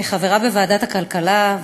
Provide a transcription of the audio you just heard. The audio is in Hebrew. כחברה בוועדת הכלכלה,